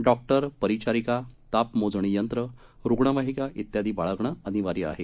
doctors परिचारिका ताप मोजणी यंत्र रुग्णवाहिका िव्वादी बाळगणं अनिवार्य आहे